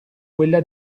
quella